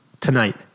tonight